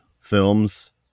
films